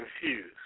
confused